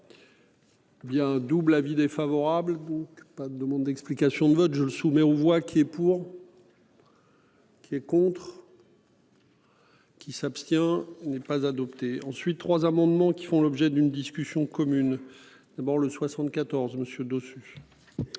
Bien double avis défavorable. Pas de demande d'explications de vote, je le soumets on voit qui est pour. C'est contre. Qui s'abstient n'est pas adopté ensuite trois amendements qui font l'objet d'une discussion commune. D'abord le 74 monsieur Dossus.